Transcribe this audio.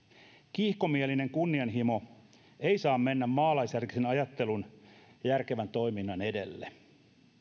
kiihkomielinen kunnianhimo ei saa mennä maalaisjärkisen ajattelun ja järkevän toiminnan edelle